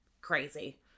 crazy